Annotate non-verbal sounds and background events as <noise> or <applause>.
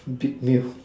big meal <breath>